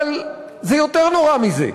אבל זה יותר נורא מזה,